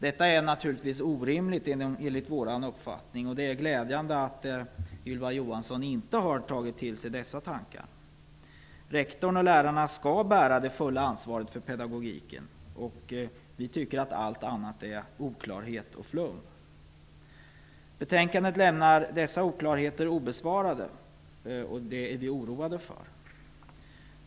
Detta är enligt vår uppfattning naturligtvis orimligt, och det är glädjande att Ylva Johansson inte har tagit till sig dessa tankar. Rektorn och lärarna skall bära det fulla ansvaret för pedagogiken. Vi tycker att allt annat är oklarhet och flum. Betänkandet lämnar dessa oklarheter obesvarade, och det är vi oroade för.